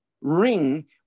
ring